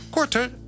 Korter